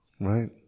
right